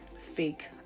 fake